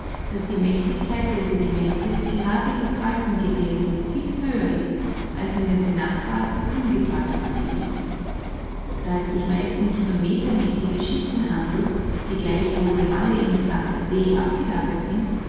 daß die mächtigkeit der sedimente gerade in faltengebirgen viel größer ist als in den benachbarten ungefalteten gebieten da es sich meist um kilometermächtige schichten handelt die gleichwohl alle in flacher see